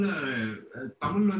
Tamil